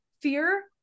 fear